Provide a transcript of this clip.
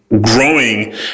growing